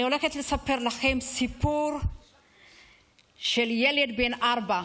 אני הולכת לספר לכם סיפור של ילד בן ארבע,